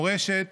מורשת